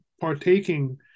partaking